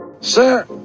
sir